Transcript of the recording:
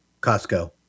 Costco